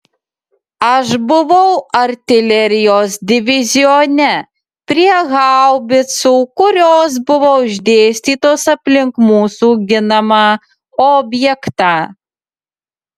aš buvau artilerijos divizione prie haubicų kurios buvo išdėstytos aplink mūsų ginamą objektą